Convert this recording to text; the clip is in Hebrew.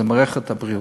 זו מערכת הבריאות.